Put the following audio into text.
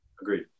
Agreed